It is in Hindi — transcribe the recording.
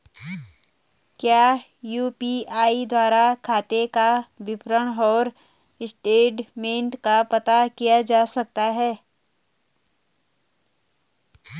क्या यु.पी.आई द्वारा खाते का विवरण और स्टेटमेंट का पता किया जा सकता है?